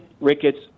Ricketts